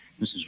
Mrs